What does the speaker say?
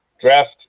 draft